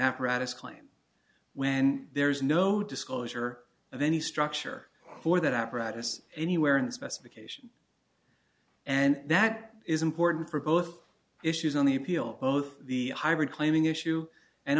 apparatus claim when there is no disclosure of any structure for that apparatus anywhere in the specification and that is important for both issues on the appeal both the hybrid claiming issue and